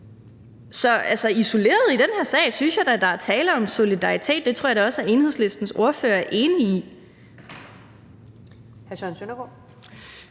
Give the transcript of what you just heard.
Så isoleret set i den her sag synes jeg da, der er tale om solidaritet, og det tror jeg da også Enhedslistens ordfører er enig i.